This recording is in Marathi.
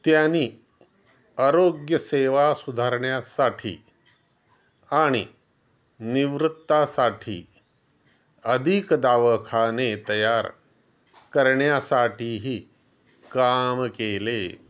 त्यांनी आरोग्यसेवा सुधारण्यासाठी आणि निवृत्तासाठी अधिक दवाखाने तयार करण्यासाठीही काम केले